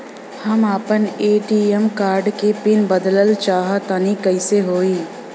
हम आपन ATM card के पीन बदलल चाहऽ तनि कइसे होई?